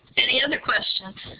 any other questions?